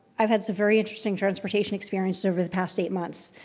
i've had some very interesting transportation experiences over the past eight months.